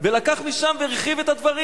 ולקח משם והרחיב את הדברים.